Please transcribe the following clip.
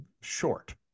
short